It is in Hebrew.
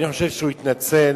אני חושב שהוא התנצל,